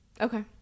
Okay